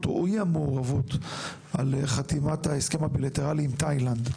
או אי-המעורבות על חתימת ההסכם הבילטרלי עם תאילנד,